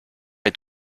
est